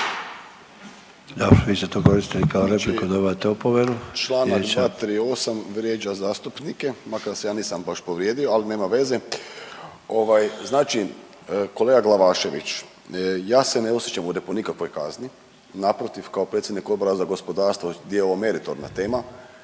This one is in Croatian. Dobro. Vi ste to koristili kao repliku. Dobivate opomenu. **Tušek, Žarko (HDZ)** Članak 238. vrijeđa zastupnike makar se ja nisam baš povrijedio, ali nema veze. Znači kolega Glavašević ja se ne osjećam ovdje po nikakvoj kazni. Naprotiv kao predsjednik Odbora za gospodarstvo gdje je ovo meritorna tema